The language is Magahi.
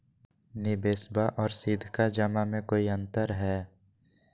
निबेसबा आर सीधका जमा मे कोइ अंतर हय?